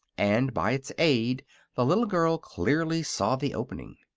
and by its aid the little girl clearly saw the opening.